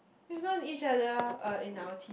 we've known each other uh in our teen